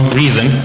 reason